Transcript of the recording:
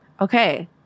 Okay